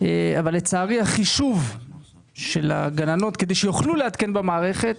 לצערי החישוב של הגננות, כדי שיוכלו לעדכן במערכת,